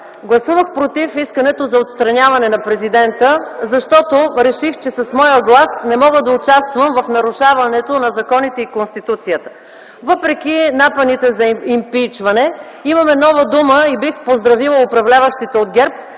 гласувах против искането за отстраняване на президента, защото реших, че с моя глас не мога да участвам в нарушаването на законите и Конституцията. Въпреки напъните за импийчване имаме нова дума и бих поздравила управляващите от ГЕРБ,